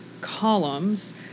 columns